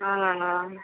हँ हँ